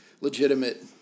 legitimate